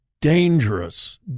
Dangerous